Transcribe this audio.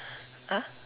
ah